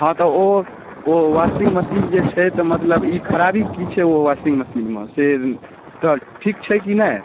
हँ तऽ ओ ओ वॉशिंग मशीन जे छै तऽ मतलब ई खराबी की छै ओ वॉशिंग मशीन मे से ठीक छै की नहि